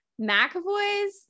McAvoy's